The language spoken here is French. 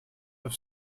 neuf